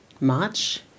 March